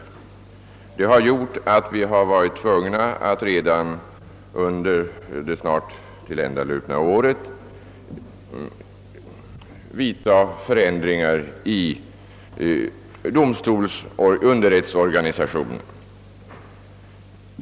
Detta har gjort att vi varit tvungna att redan under det snart tilländalupna året vidtaga förändringar i underrättsorganisationen.